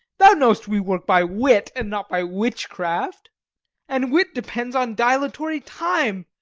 thou know'st we work by wit, and not by witchcraft and wit depends on dilatory time.